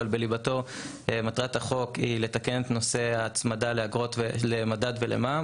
אבל בליבתו מטרת החוק היא לתקן את נושא ההצמדה למדד ולמע"מ.